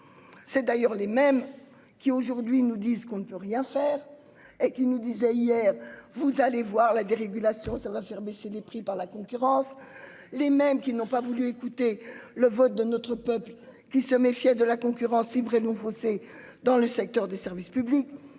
C'est d'ailleurs les mêmes. Qui aujourd'hui nous disent qu'on ne peut rien faire. Et qui nous disait hier. Vous allez voir la dérégulation, ça va faire baisser les prix par la concurrence. Les mêmes qui n'ont pas voulu écouter le vote de notre peuple qui se méfiait de la concurrence libre et non faussée dans le secteur des services publics